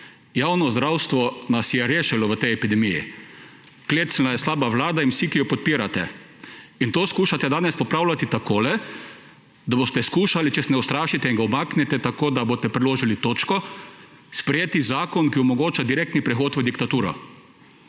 javno zdravstvo nas je rešilo v tej epidemiji. Klecnila je slaba vlada in vsi, ki jo podpirate. In to skušate danes popravljati takole, da boste skušali – če se ne ustrašite in ga umaknite tako, da boste priložili točko – sprejeti zakon, ki omogoča direktni prehod v diktaturo.